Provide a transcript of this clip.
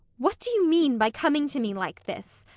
what do you mean by coming to me like this?